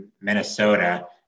Minnesota